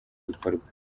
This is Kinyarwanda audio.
bikorwa